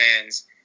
fans